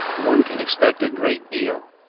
one can expect a great deal.